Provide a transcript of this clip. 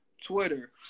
Twitter